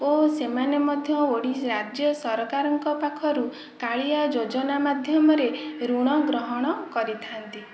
ଓ ସେମାନେ ମଧ୍ୟ ଓଡ଼ିଶା ରାଜ୍ୟ ସରକାରଙ୍କ ପାଖରୁ କାଳିଆ ଯୋଜନା ମାଧ୍ୟମରେ ଋଣ ଗ୍ରହଣ କରିଥାନ୍ତି